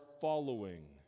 following